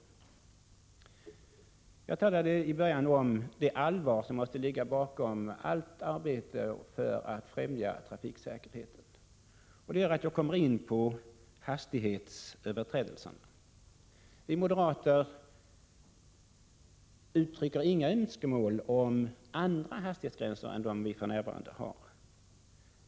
I början av mitt anförande talade jag om det allvar som måste ligga bakom allt arbete för att främja trafiksäkerheten, och jag kommer därför in på frågan om hastighetsöverträdelserna. Vi moderater uttrycker inga önskemål om andra hastighetsgränser än dem vi för närvarande har.